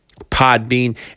Podbean